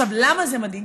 למה זה מדהים?